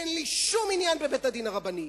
אין לי שום עניין בבית-הדין הרבני.